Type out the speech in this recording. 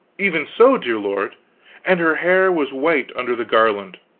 even so, dear lord and her hair was white under the garland